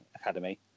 Academy